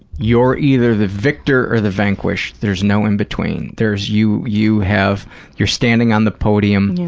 you're either the victor or the vanquished. there's no in-between. there's you you have you're standing on the podium,